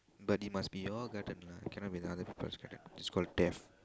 but it must be all lah cannot be other people's it's called death